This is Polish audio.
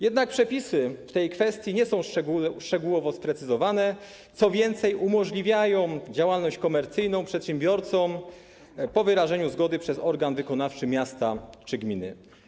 Jednak przepisy w tej kwestii nie są szczegółowo sprecyzowane, co więcej umożliwiają działalność komercyjną przedsiębiorcom po wyrażeniu zgody przez organ wykonawczy miasta czy gminy.